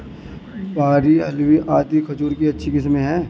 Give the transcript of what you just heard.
बरही, हिल्लावी आदि खजूर की अच्छी किस्मे हैं